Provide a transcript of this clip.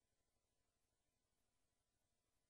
(הישיבה נפסקה בשעה